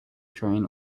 train